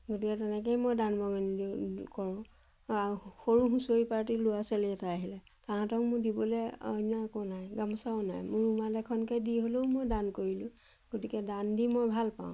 গতিকে তেনেকেই মই দান বৰঙণি দিও কৰোঁ আৰু সৰু হুঁচৰি পাৰ্টি ল'ৰা ছোৱালী এটা আহিলে তাহাঁতক মোৰ দিবলৈ অন্য একো নাই গামোচাও নাই মোৰ ৰুমাল এখনকে দি হ'লেও মই দান কৰিলোঁ গতিকে দান দি মই ভাল পাওঁ